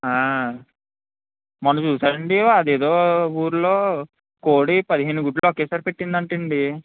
మొన్న చూసారండి అదేదో ఊరులో కోడి పదిహేను గుడ్లు ఒకేసారి పెట్టిందంటండి